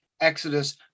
Exodus